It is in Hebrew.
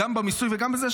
גם במיסוי וגם בזה,